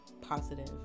positive